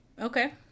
Okay